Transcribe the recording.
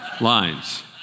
lines